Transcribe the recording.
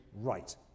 right